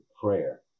prayer